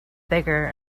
bigger